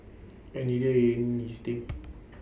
and neither in his team